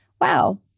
wow